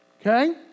okay